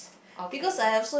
okay